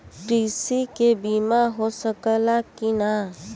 कृषि के बिमा हो सकला की ना?